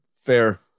fair